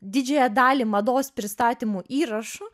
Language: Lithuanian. didžiąją dalį mados pristatymų įrašų